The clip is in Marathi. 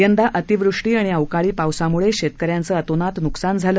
यंदा अतिवृष्टी व अवकाळी पावसानं शेतकऱ्यांचं अतोनात नुकसान झालं